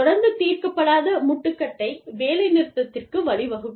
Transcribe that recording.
தொடர்ந்து தீர்க்கப்படாத முட்டுக்கட்டை வேலைநிறுத்தத்திற்கு வழிவகுக்கும்